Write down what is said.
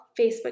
Facebook